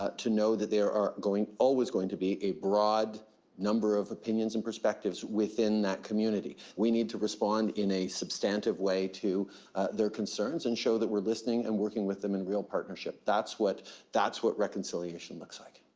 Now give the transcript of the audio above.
ah to know that there are always going to be a broad number of opinions and perspectives within that community. we need to respond in a substantive way to their concerns, and show that we're listening, and working with them in real partnership. that's what that's what reconciliation looks like.